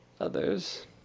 others